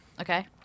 Okay